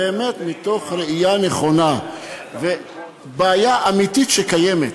באמת מתוך ראייה נכונה ובעיה אמיתית שקיימת,